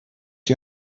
die